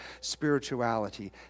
spirituality